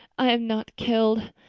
i am not killed,